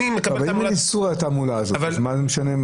אין איסור על התעמולה הזאת, אז מה זה משנה?